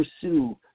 pursue